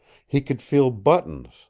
he could feel buttons,